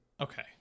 Okay